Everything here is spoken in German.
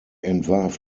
entwarf